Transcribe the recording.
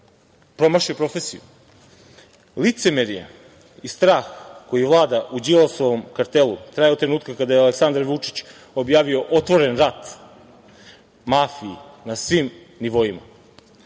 promašio profesiju. Licemerje i strah koji vlada u Đilasovom kartelu traje od trenutka kada je Aleksandar Vučić objavio otvoren rat mafiji na svim nivoima,